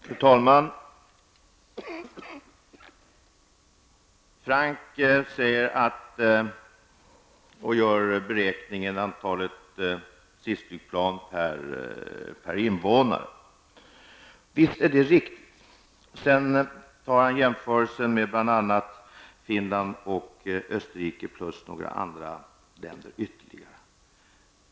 Fru talman! Hans Göran Franck gör en beräkning av antalet stridsflygplan per invånare. Visst är dessa beräkningar riktiga. Han gör jämförelser med Finland och Österrike samt några andra länder.